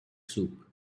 soup